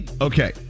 Okay